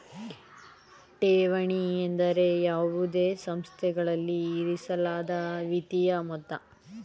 ಠೇವಣಿ ಎಂದರೆ ಯಾವುದೇ ಸಂಸ್ಥೆಯಲ್ಲಿ ಇರಿಸಲಾದ ವಿತ್ತೀಯ ಮೊತ್ತ